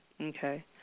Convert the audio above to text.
okay